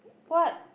what